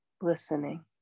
listening